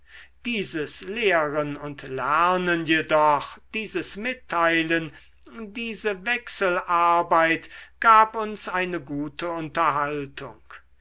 dieses lehren und lernen jedoch dieses mitteilen diese wechselarbeit gab uns eine gute unterhaltung